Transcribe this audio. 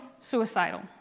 suicidal